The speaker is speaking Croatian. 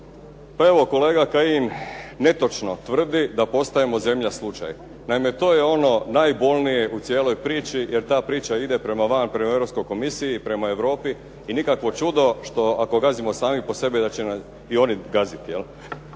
Pa evo kolega Kajin netočno tvrdi da postajemo zemlja slučaj. Naime, to je ono najbolnije u cijeloj priči, jer ta priča ide prema van, prema Europskoj komisiji, prema Europi. I nikakvo čudo ako gazimo sami po sebi, da će nas i oni gaziti.